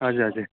हजुर हजुर